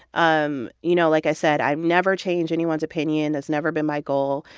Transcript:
um you know, like i said, i never change anyone's opinion. that's never been my goal.